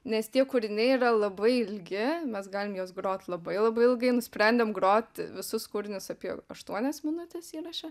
nes tie kūriniai yra labai ilgi mes galim juos grot labai labai ilgai nusprendėm grot visus kūrinius apie aštuonias minutes įraše